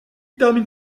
termine